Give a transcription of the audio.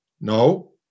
No